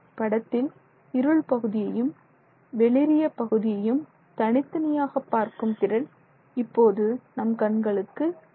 படத்தில் இருள் பகுதியையும் வெளிரிய பகுதியையும் தனித்தனியாக பார்க்கும் திறன் இப்போது நம் கண்களுக்கு இல்லை